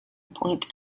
point